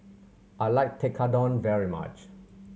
I like Tekkadon very much